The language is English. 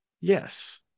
Yes